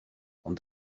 ond